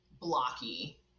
blocky